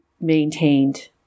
maintained